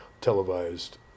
televised